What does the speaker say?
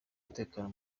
umutekano